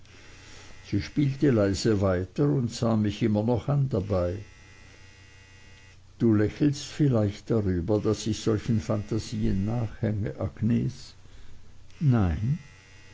sie spielte leise weiter und sah mich immer noch an dabei du lächelst vielleicht darüber daß ich solchen phantasien nachhänge agnes nein